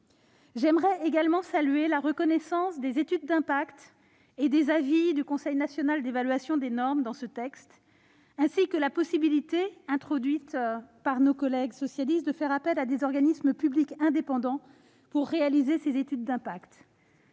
dans la proposition de loi organique des études d'impact et des avis du Conseil national d'évaluation des normes, ainsi que la possibilité introduite par nos collègues socialistes de faire appel à des organismes publics indépendants pour réaliser ces études d'impact.